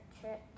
trip